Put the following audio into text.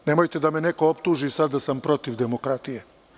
Nemojte da me neko optuži sada da sam protiv demokratije.